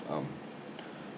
um